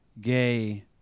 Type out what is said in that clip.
gay